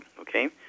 okay